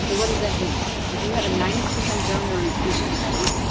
so what does that mean? if you have a ninety percent donor retention rate,